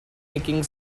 nicking